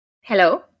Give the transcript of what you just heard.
Hello